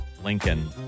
Lincoln